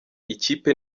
ikipe